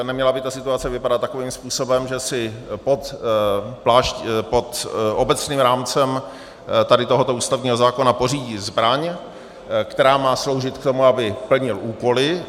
Neměla by ta situace vypadat takovým způsobem, že si pod obecným rámcem tohoto ústavního zákona pořídí zbraň, která má sloužit k tomu, aby plnil úkoly.